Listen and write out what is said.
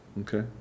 okay